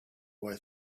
boy